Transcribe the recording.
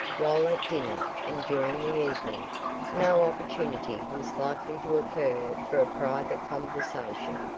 while at dinner and during the evening no opportunity was likely to occur for a private conversation.